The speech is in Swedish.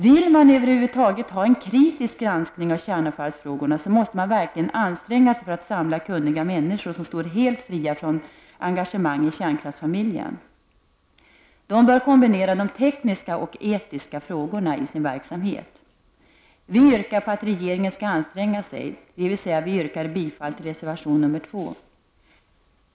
Vill man över huvud taget ha en kritisk granskning av kärnavfallsfrågorna, måste man verkligen anstränga sig för att samla kunniga människor som står helt fria från engagemang i kärnkraftsfamiljen. De bör kombinera de tekniska och etiska frågorna i sin verksamhet. Miljöpartiet yrkar på att regeringen skall anstränga sig, dvs. vi yrkar bifall till reservation 2.